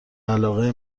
علاقه